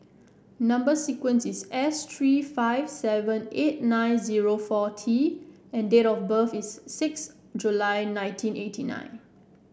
number sequence is S three five seven eight nine zero four T and date of birth is six July nineteen eighty nine